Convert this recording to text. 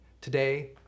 Today